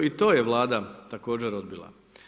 I to je Vlada također odbila.